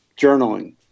journaling